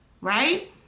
right